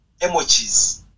emojis